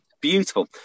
beautiful